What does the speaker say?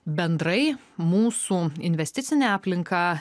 bendrai mūsų investicinė aplinka